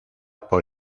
por